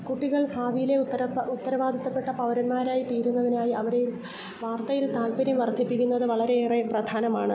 കുട്ടികൾ ഭാവിയിലെ ഉത്തര ഉത്തരവാദിത്തപ്പെട്ട പൗരന്മാരായി തീരുന്നതിനായി അവരെ വാർത്തയിൽ താൽപര്യം വർധിപ്പിക്കുന്നത് വളരെയേറെ പ്രധാനമാണ്